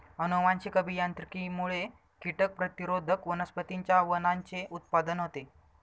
अनुवांशिक अभियांत्रिकीमुळे कीटक प्रतिरोधक वनस्पतींच्या वाणांचे उत्पादन होते